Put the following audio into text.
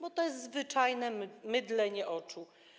Bo to jest zwyczajne mydlenie oczu.